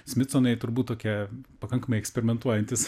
smitsonai turbūt tokie pakankamai eksperimentuojantys